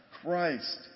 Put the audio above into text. Christ